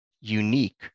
unique